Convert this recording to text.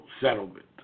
settlement